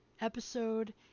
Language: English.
episode